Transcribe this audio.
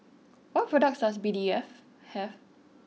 What products does B D F have